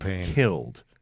killed